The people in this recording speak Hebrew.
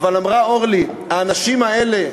אבל אמרה אורלי: האנשים האלה,